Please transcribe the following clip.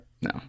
No